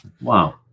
Wow